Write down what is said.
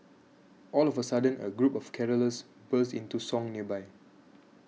all of a sudden a group of carollers burst into song nearby